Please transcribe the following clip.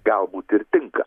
galbūt ir tinka